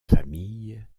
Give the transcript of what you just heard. famille